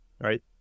right